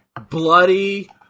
bloody